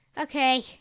okay